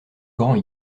grands